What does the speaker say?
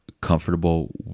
comfortable